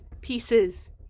pieces